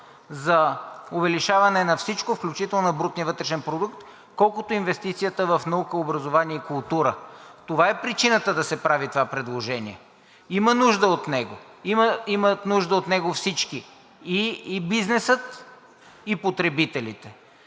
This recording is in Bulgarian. за увеличаване на всичко, включително на брутния вътрешен продукт, колкото инвестицията в наука, образование и култура. Това е причината да се прави това предложение. Има нужда от него. Имат нужда от него всички – и бизнесът, и потребителите.